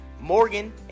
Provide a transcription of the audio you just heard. morgan